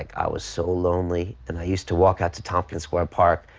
like i was so lonely and i used to walk out to top at square park,